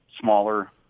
smaller